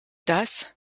das